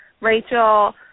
Rachel